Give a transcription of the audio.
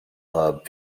hub